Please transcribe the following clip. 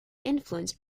influenced